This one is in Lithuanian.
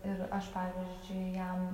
ir aš pavyzdžiui jam